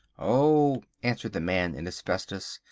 oh, answered the man in asbestos,